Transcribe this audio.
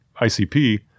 ICP